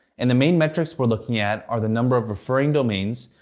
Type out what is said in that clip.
and the main metrics we're looking at are the number of referring domains,